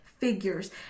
Figures